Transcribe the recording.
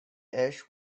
ash